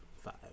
five